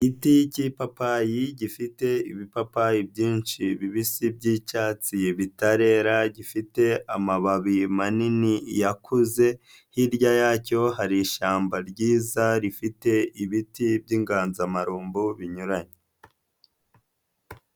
Igiti cy'ipapayi gifite ibipapayi byinshi bibisi by'icyatsi bitarera gifite amababi manini yakuze, hirya yacyo hari ishyamba ryiza rifite ibiti by'inganzamarumbo binyuranye.